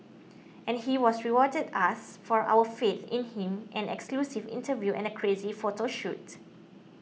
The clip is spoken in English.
and he was rewarded us for our faith in him and exclusive interview and a crazy photo shoot